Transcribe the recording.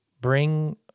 bring